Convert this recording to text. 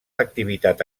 activitat